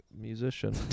musician